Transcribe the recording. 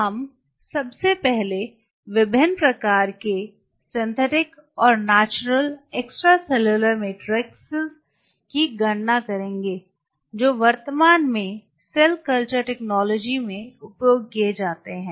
हम सबसे पहले विभिन्न प्रकार के सिंथेटिक और नेचुरल एक्स्ट्रासेलुलर मैट्रिक्स की गणना करेंगे जो वर्तमान में सेल कल्चर टेक्नोलॉजी में उपयोग किए जा रहे हैं